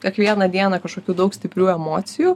kiekvieną dieną kažkokių daug stiprių emocijų